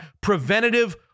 preventative